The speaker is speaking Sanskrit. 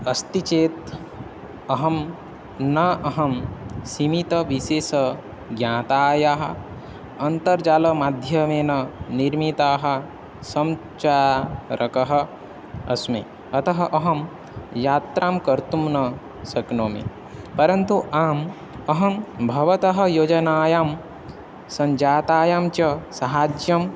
अस्ति चेत् अहं न अहं सीमितविशेषः ज्ञातायाः अन्तर्जालमाध्यमेन निर्मिताः सञ्चालकः अस्मि अतः अहं यात्रां कर्तुं न शक्नोमि परन्तु आम् अहं भवतः योजनायां सञ्जातायां च सहाय्यम्